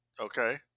okay